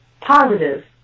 positive